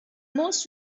most